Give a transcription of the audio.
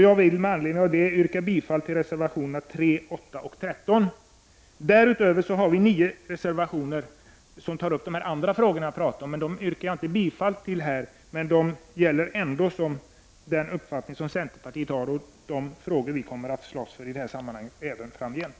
Jag vill med anledning av detta yrka bifall till reservationerna 3, 8 och 13. Därutöver har vi nio reservationer som tar upp de andra saker som jag har talat om. Men jag yrkar inte här bifall till dessa. Den uppfattning som centerpartiet har gäller ändå, och vi kommer även framgent att slåss för dessa frågor.